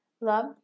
love